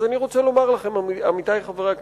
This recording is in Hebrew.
אז אני רוצה לומר לכם, עמיתי חברי הכנסת: